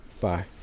Bye